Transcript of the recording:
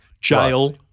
jail